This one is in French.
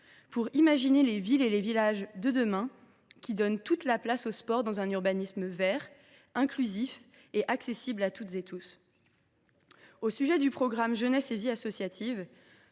pour imaginer les villes et les villages de demain, qui donneront toute la place au sport dans un urbanisme vert, inclusif et accessible à toutes et tous. Dans le programme « Jeunesse et vie associative »,